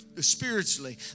spiritually